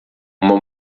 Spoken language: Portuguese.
uma